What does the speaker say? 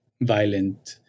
violent